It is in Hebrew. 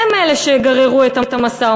הן אלה שגררו את המשא-ומתן.